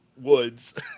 woods